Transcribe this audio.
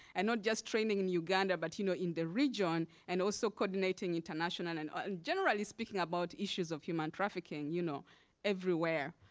and not just training in uganda, but you know in the region, and also coordinating internationally, and and generally speaking about issues of human trafficking you know everywhere.